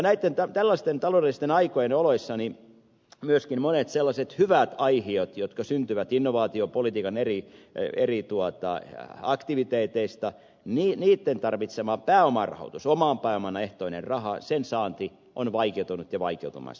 näitten tällaisten taloudellisten aikojen oloissa myöskin monien sellaisten hyvien aihioiden jotka syntyvät innovaatiopolitiikan eri aktiviteeteista tarvitseman pääomarahoituksen eli oman pääoman ehtoisen rahan saanti on vaikeutunut ja vaikeutumassa